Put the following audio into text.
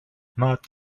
not